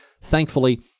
thankfully